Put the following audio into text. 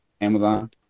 Amazon